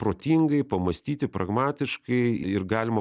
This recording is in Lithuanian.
protingai pamąstyti pragmatiškai ir galima